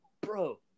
bro